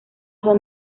son